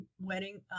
wedding